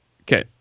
Okay